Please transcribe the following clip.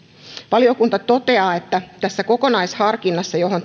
valiokunta toteaa että tässä kokonaisharkinnassa johon tämä